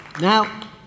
now